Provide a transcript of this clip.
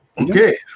Okay